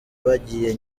bagiye